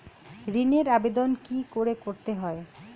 ঋণের আবেদন কি করে করতে হয়?